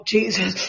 Jesus